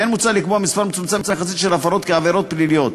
כמו כן מוצע לקבוע מספר מצומצם יחסית של הפרות כעבירות פליליות.